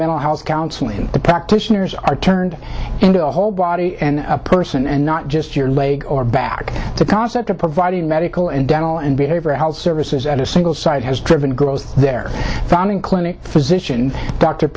mental health counseling practitioners are turned into a whole body and a person and not just your leg or back the concept of providing medical and dental and behavioral health services at a single site has driven growth their funding clinic physician d